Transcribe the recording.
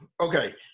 Okay